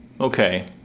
Okay